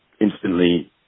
instantly